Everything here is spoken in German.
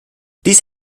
dies